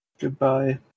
Goodbye